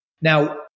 Now